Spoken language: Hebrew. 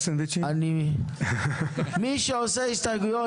אני מודה לכולם,